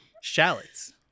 Shallots